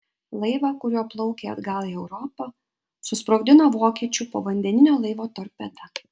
laivą kuriuo plaukė atgal į europą susprogdino vokiečių povandeninio laivo torpeda